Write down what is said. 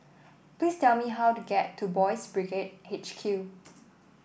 please tell me how to get to Boys' Brigade H Q